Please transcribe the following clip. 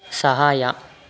ಸಹಾಯ